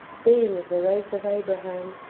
being of the race of abra ham,